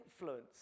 influence